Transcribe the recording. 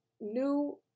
new